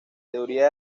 teoría